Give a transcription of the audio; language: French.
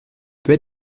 peut